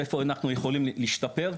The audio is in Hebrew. ואיפה אנחנו יכולים להשתפר.